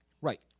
Right